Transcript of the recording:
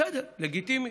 בסדר, לגיטימי.